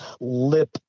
lip